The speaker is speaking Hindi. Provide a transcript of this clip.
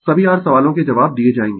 सभी r सवालों के जवाब दिए जायेंगें